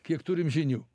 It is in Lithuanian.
kiek turim žinių